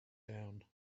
down